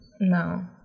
No